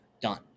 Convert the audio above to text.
done